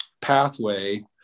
pathway